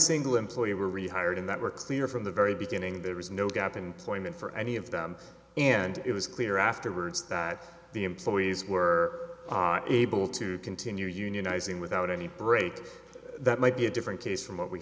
single employee were rehired and that we're clear from the very beginning there is no gap and claimant for any of them and it was clear afterwards that the employees were able to continue unionizing without any break that might be a different case from what we